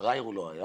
פראייר הוא לא היה,